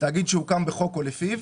תגיד שהוקם בחוק או לפיו.